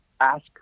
ask